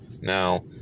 now